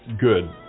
good